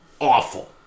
awful